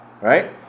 right